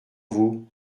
vous